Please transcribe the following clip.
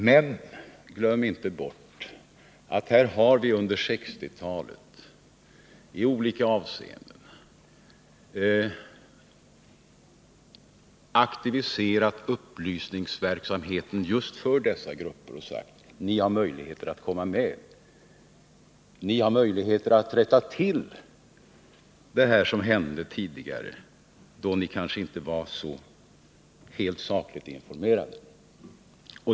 Glöm dock inte att vi under 1960-talet i olika avseenden aktiverat upplysningsverksamheten just för dessa grupper! Vi har sagt: Ni har möjligheter att komma med, ni har möjligheter att rätta till det som hände tidigare, när ni kanske inte var så helt sakligt informerade.